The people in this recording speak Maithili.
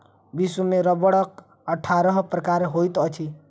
विश्व में रबड़क अट्ठारह प्रकार होइत अछि